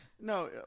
no